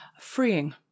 freeing